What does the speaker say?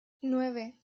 nueve